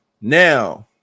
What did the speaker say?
now